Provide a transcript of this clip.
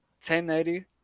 1080